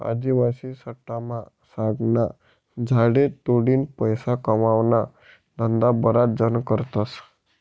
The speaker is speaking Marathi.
आदिवासी पट्टामा सागना झाडे तोडीन पैसा कमावाना धंदा बराच जण करतस